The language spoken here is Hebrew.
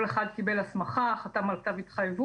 כל אחד קיבל הסמכה, חתם על כתב התחייבות.